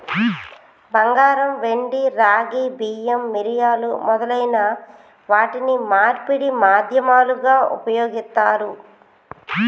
బంగారం, వెండి, రాగి, బియ్యం, మిరియాలు మొదలైన వాటిని మార్పిడి మాధ్యమాలుగా ఉపయోగిత్తారు